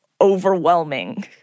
overwhelming